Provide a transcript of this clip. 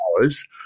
hours